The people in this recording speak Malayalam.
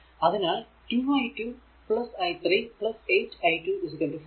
അതിനാൽ 2 i2 i3 8 i2 5